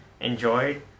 enjoyed